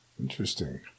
Interesting